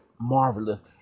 marvelous